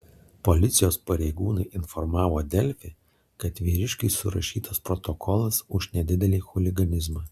policijos pareigūnai informavo delfi kad vyriškiui surašytas protokolas už nedidelį chuliganizmą